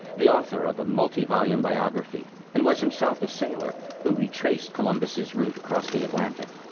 the author of a multi volume biography, and was himself a sailor who retraced columbus's route across the atlantic.